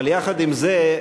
אבל יחד עם זה,